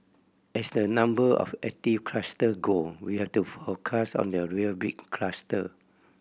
as the number of active cluster go we have to focus on the real big cluster